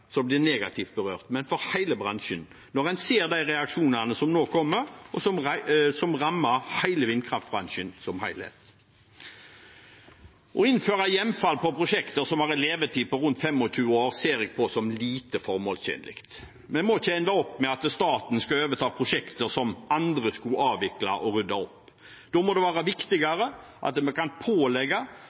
som blir negativt berørt, men for hele bransjen, når en ser de reaksjonene som nå kommer, og som rammer hele vindkraftbransjen som helhet. Å innføre hjemfall på prosjekter som har en levetid på rundt 25 år, ser jeg på som lite formålstjenlig. Vi må ikke ende opp med at staten skal overta prosjekter som andre skulle avvikle og rydde opp i. Da må det være viktigere at vi kan pålegge